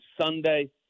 Sunday